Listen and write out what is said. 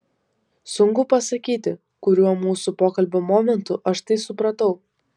sunku pasakyti kuriuo mūsų pokalbio momentu aš tai supratau